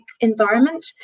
environment